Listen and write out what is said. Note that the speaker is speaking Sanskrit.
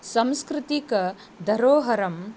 सांस्कृतिकं धरोहरम्